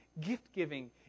gift-giving